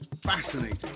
fascinating